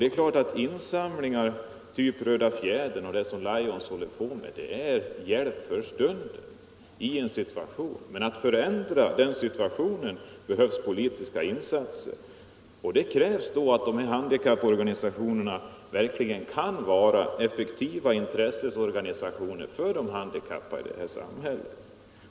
Det är klart att insamlingar av typ Röda fjädern och Lions verk = tets verksamhetssamhet är en hjälp för stunden i en viss situation. Men för att förändra område den situationen behövs det politiska insatser. Det krävs att handikapporganisationerna verkligen kan vara effektiva intresseorganisationer för de handikappade i samhället.